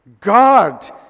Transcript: God